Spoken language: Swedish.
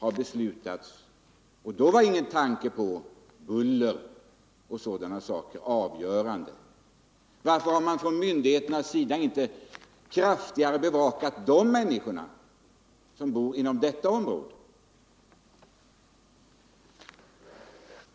Då var inte några tankar på buller och sådant avgörande. Varför har myndigheterna inte kraftigare bevakat intressena för de människor som bor inom detta område?